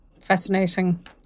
Fascinating